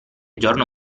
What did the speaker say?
giorno